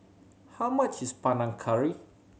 how much is Panang Curry